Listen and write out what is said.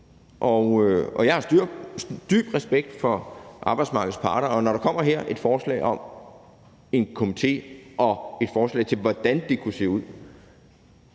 og jeg har dyb respekt for arbejdsmarkedets parter, og når der her kommer et forslag om en komité og et forslag til, hvordan det kunne se ud,